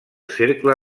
cercle